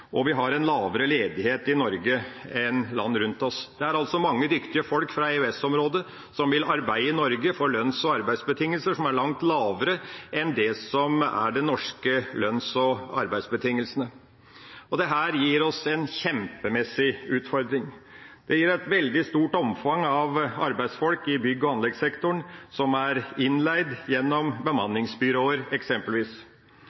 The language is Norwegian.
og vi har en lavere ledighet i Norge enn i land rundt oss. Det er mange dyktige folk fra EØS-området som vil arbeide i Norge på lønns- og arbeidsbetingelser som er langt dårligere enn det som er de norske lønns- og arbeidsbetingelsene. Dette gir oss en kjempemessig utfordring. Det gir et veldig stort omfang av arbeidsfolk i bygg- og anleggssektoren som er innleid gjennom